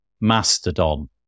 Mastodon